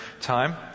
time